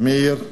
מעיר מגורי,